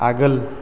आगोल